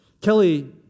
Kelly